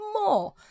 more